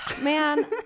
Man